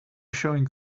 showing